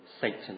Satan